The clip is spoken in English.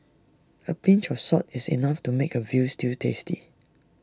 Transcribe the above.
A pinch of salt is enough to make A Veal Stew tasty